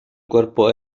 cuerpo